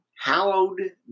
hallowed